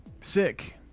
Sick